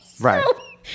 right